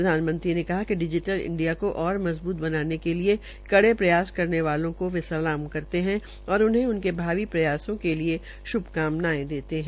प्रधानमंत्री ने कहा कि डिजीटल इंडिया को ओर मजबूत बनाने के लिये कड़े प्रयास करने वालों को वे सलाम करते है और उन्हें उनके भावी प्रयासों के लिये श्भकामनायें देते है